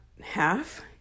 half